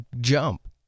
jump